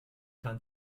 kann